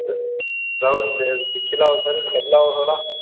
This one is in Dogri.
तां हून दिक्खी लैओ सर करी लैओ थोह्ड़ा